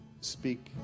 speak